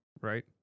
right